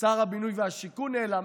שר הבינוי והשיכון נעלם.